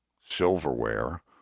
silverware